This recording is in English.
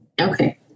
Okay